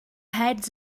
heads